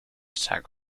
attack